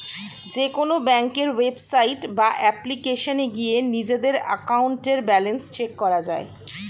যেকোনো ব্যাংকের ওয়েবসাইট বা অ্যাপ্লিকেশনে গিয়ে নিজেদের অ্যাকাউন্টের ব্যালেন্স চেক করা যায়